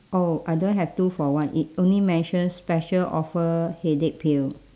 oh I don't have two for one it only mentions special offer headache pill